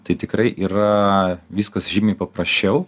tai tikrai yra viskas žymiai paprasčiau